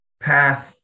path